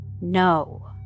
no